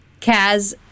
Kaz